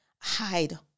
hide